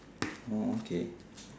oh okay